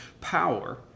power